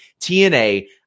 TNA